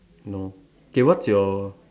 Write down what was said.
no okay what's your